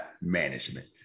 management